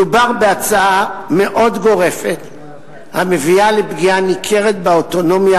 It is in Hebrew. מדובר בהצעה מאוד גורפת המביאה לפגיעה ניכרת באוטונומיה